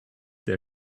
der